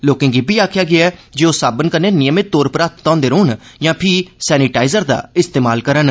लोकें गी इब्बी आखेआ गेआ ऐ जे ओह् साबुन कन्नै नियमित तौर पर हत्थ घोंदे रौह्न यां फ्ही सैनीटाईज़र दा इस्तेमाल करन